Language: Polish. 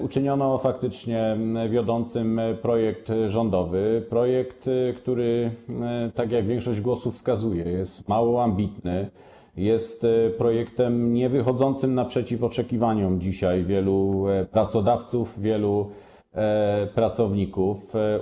Uczyniono wiodącym projekt rządowy - projekt, który, tak jak większość głosów wskazuje, jest mało ambitny, jest projektem niewychodzącym naprzeciw oczekiwaniom dzisiaj wielu pracodawców, wielu pracowników.